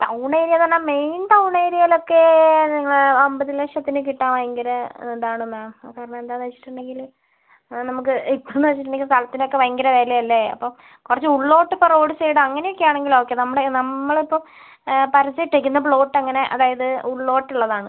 town ഏരിയാന്ന് പറഞ്ഞാൽ main town ഏരിയാലൊക്കെ നിങ്ങൾ അൻപത് ലക്ഷത്തിന് കിട്ടാൻ ഭയങ്കര എന്താണെന്നാ കാരണം എന്താന്ന് വെച്ചിട്ടുണ്ടെങ്കിൽ മാം നമുക്ക് ഇപ്പോഴെന്ന് വെച്ചിട്ടുണ്ടെങ്കിൽ സ്ഥലത്തിനൊക്കെ ഭയങ്കര വിലയല്ലേ അപ്പം കുറച്ച് ഉള്ളിലോട്ട് ഇപ്പോൾ റോഡ് സൈഡ് അങ്ങനെയൊക്കെയാണെങ്കിൽ ഓക്കെ നമ്മുടെ നമ്മളിപ്പോൾ പരസ്യം ഇട്ടെക്കുന്ന പ്ലോട്ട് അങ്ങനെ അതായത് ഉള്ളിലോട്ടുള്ളതാണ്